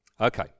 Okay